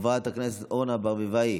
חברת הכנסת אורנה ברביבאי,